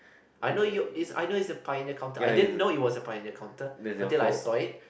I know you I know it's a pioneer counter I didn't know it was a pioneer counter until like I saw it